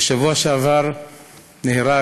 בשבוע שעבר נהרג